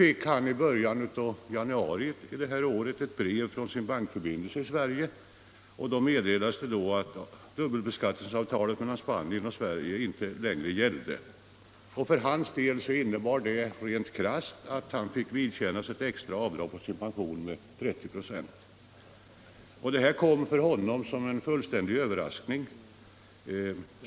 I början av januari i år fick han ett brev från sin bankförbindelse i Sverige, där det meddelades att dubbelbeskattningsavtalet mellan Spanien och Sverige inte längre gällde. För hans del innebar det helt krasst att han fick vidkännas extra avdrag på sin pension med 30 96. Detta kom för honom som en fullständig överraskning.